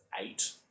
eight